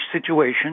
situation